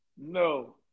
No